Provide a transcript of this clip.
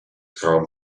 kam